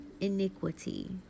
iniquity